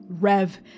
Rev